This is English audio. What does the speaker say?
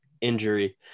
injury